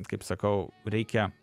kaip sakau reikia